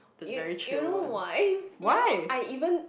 you you know why you know I even